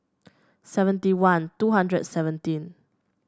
seventy one two hundred seventeen